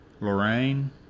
Lorraine